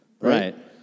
Right